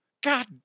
god